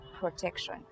protection